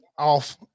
off